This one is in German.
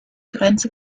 grenze